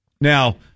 Now